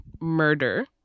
murder